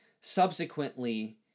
subsequently